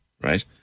right